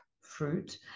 fruit